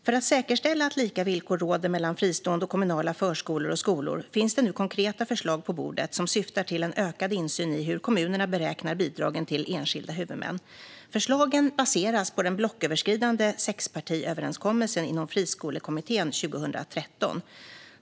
För att säkerställa att lika villkor råder mellan fristående och kommunala förskolor och skolor finns det nu konkreta förslag på bordet som syftar till en ökad insyn i hur kommunerna beräknar bidragen till enskilda huvudmän. Förslagen baseras på den blocköverskridande sexpartiöverenskommelsen inom Friskolekommittén 2013.